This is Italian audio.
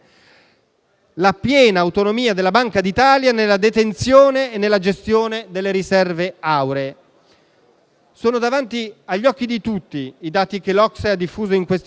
la piena autonomia della Banca d'Italia nella detenzione e nella gestione delle riserve auree. Sono davanti agli occhi di tutti i dati che l'OCSE ha diffuso in questi giorni: